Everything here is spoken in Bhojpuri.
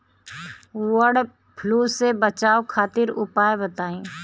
वड फ्लू से बचाव खातिर उपाय बताई?